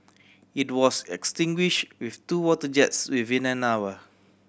it was extinguish with two water jets within an hour